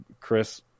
Chris